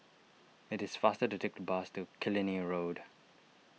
it is faster to take the bus to Killiney Road